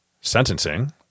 sentencing